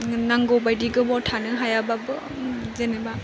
नांगौ बायदि गोबाव थानो हायाबाबो जेनेबा